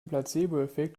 placeboeffekt